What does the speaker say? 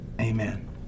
Amen